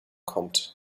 kommt